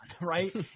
Right